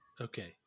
Okay